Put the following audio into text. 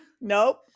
nope